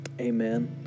Amen